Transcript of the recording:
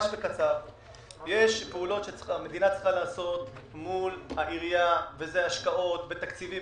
יש פעולות שהמדינה צריכה לעשות מול העירייה ואלה השקעות בתקציבים